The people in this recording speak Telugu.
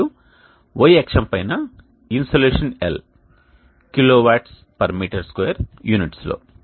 మరియు Y అక్షం పైన ఇన్సోలేషన్ L kWm 2 యూనిట్స్ లో